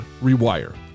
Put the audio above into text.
Rewire